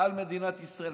על מדינת ישראל.